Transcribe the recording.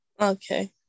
Okay